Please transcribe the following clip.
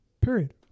Period